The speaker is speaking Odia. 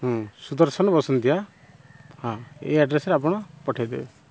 ହୁଁ ସୁଦର୍ଶନ୍ ବସନ୍ତିଆ ହଁ ଏଇ ଆଡ୍ରେସ୍ରେ ଆପଣ ପଠାଇଦେବେ